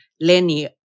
Lenny